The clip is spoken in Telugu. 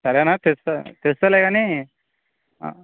సరే అన్నా తెస్తా తెస్తాలే కానీ